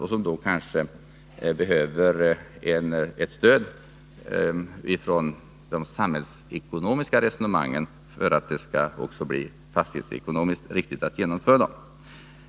Det kanske också behövs ett stöd med utgångspunkt i ett samhällsekonomiskt resonemang för att det skall bli fastighetsekonomiskt riktigt att genomföra dem.